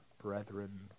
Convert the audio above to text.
brethren